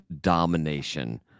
domination